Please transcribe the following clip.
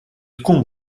tkun